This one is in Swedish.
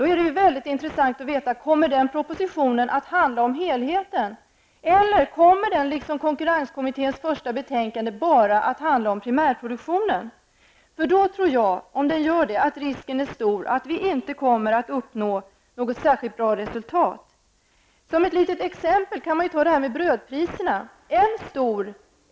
Då är det ju mycket intressant att veta om den propositionen kommer att handla om helheten. Eller kommer den, liksom konkurrenskommitténs första betänkande, bara att handla om primärproduktionen? Om den gör det, tror jag att risken är stor att vi inte kommer att uppnå något särskilt bra resultat. Som ett litet exempel kan man ta brödpriserna.